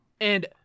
And-